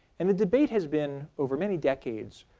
and the debate has been, over many decades,